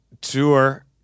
Tour